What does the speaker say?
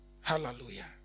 Hallelujah